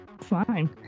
fine